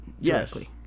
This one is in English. Yes